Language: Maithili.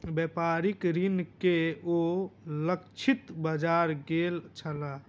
व्यापारिक ऋण के ओ लक्षित बाजार गेल छलाह